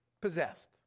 possessed